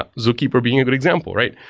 ah zookeeper being a good example, right?